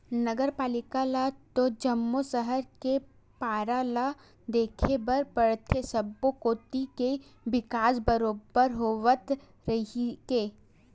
नगर पालिका ल तो जम्मो सहर के पारा ल देखे बर परथे सब्बो कोती के बिकास बरोबर होवय कहिके